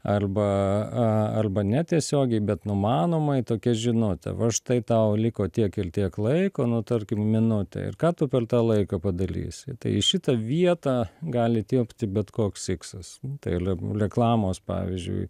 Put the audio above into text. arba a arba netiesiogiai bet numanomai tokia žinutė va štai tau liko tiek il tiek laiko nu tarkim minutė ir ką tu per tą laiką padalysi tai į šitą vietą gali tilpti bet koks iksas tai liu reklamos pavyzdžiui